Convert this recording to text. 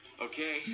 Okay